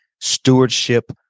Stewardship